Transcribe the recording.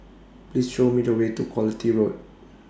Please Show Me The Way to Quality Road